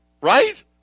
right